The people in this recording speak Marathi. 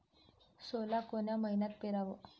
सोला कोन्या मइन्यात पेराव?